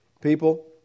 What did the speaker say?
People